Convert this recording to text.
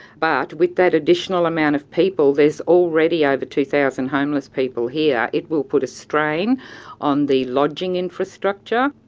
but with that additional amount of people, there's already over two thousand homeless people here, it will put a strain on the lodging infrastructure.